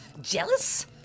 Jealous